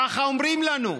ככה אומרים לנו.